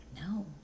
No